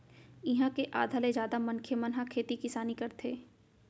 इहाँ के आधा ले जादा मनखे मन ह खेती किसानी करथे